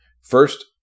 First